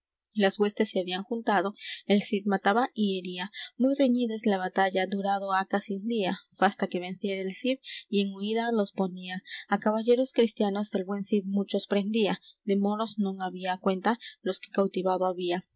las huestes se habían juntado el cid mataba y hería muy reñida es la batalla durado ha casi un día fasta que venciera el cid y en huída los ponía á caballeros cristianos el buen cid muchos prendía de moros non había cuenta los que cautivado había